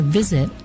visit